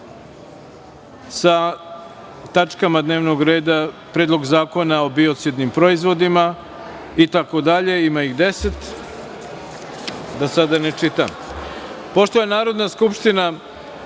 sa tačkama dnevnog reda: Predlog zakona o biocidnim proizvodima itd, ima ih 10, da sada ne čitam. Pošto je Narodna skupština